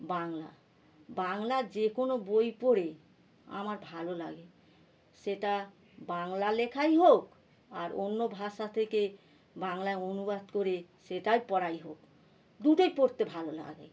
বাংলা বাংলা যে কোনও বই পড়েই আমার ভালো লাগে সেটা বাংলা লেখাই হোক আর অন্য ভাষা থেকে বাংলায় অনুবাদ করে সেটাই পড়াই হোক দুটোই পড়তে ভালো লাগে